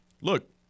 look